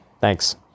Thanks